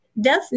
death